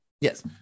yes